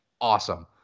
awesome